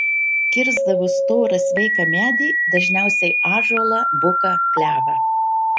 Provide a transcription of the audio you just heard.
kirsdavo storą sveiką medį dažniausiai ąžuolą buką klevą